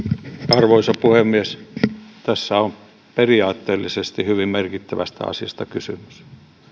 arvoisa puhemies tässä on periaatteellisesti hyvin merkittävästä asiasta kysymys